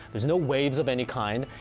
there's no waves of any kind,